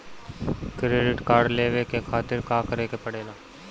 Credit card लेवे के खातिर का करेके पड़ेला?